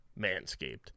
Manscaped